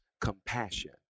compassion